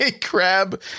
crab